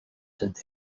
said